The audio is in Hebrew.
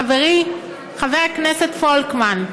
חברי חבר הכנסת פולקמן,